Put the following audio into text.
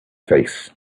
face